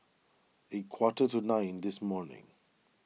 a quarter to nine this morning